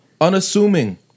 Unassuming